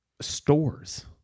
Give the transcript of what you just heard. Stores